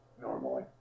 Normally